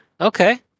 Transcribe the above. Okay